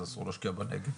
אז אסור להשקיע בנגב,